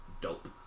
dope